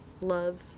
love